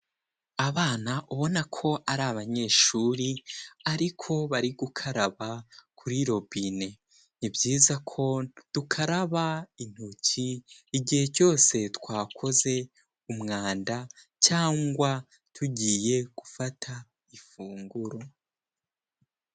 Abana ubona ko ari abanyeshuri ariko bari gukaraba kuri robine, ni byiza ko dukaraba intoki igihe cyose twakoze umwanda cyangwa tugiye gufata ifunguro.